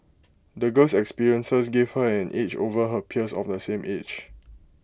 the girl's experiences gave her an edge over her peers of the same age